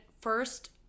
first